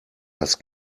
das